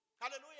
Hallelujah